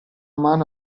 mano